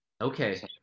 Okay